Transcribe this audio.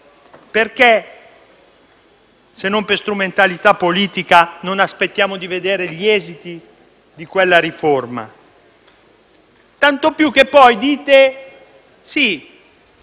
Perché, se non per strumentalità politica, non aspettiamo di vedere gli esiti di quella riforma? Tanto più che poi dite che